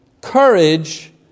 Courage